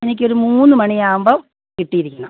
എനിക്ക് ഒരു മൂന്ന് മണിയാവുമ്പം കിട്ടിയിരിക്കണം